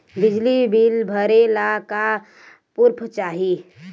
बिजली बिल भरे ला का पुर्फ चाही?